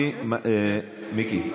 אבל התור שלנו, את הדברים האלה אני מציע.